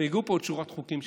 הגיעה לפה שורת חוקים,